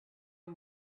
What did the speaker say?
and